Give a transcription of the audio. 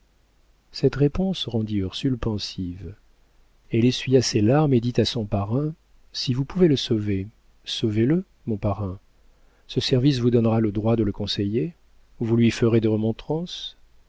cette réponse rendit ursule pensive elle essuya ses larmes et dit à son parrain si vous pouvez le sauver sauvez le mon parrain ce service vous donnera le droit de le conseiller vous lui ferez des remontrances